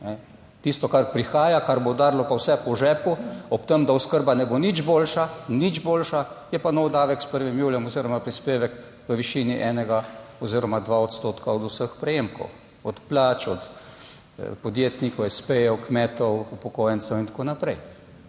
Tisto, kar prihaja, kar bo udarilo pa vse po žepu, ob tem, da oskrba ne bo nič boljša, nič boljša, je pa nov davek s 1. julijem oziroma prispevek v višini enega oziroma 2 odstotka od vseh prejemkov, od plač, od podjetnikov, espejev, kmetov, **55. TRAK: (NB)